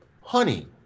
honey